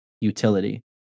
utility